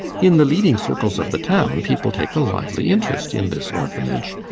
in the leading circles of the town, people take a lively interest in this orphanage.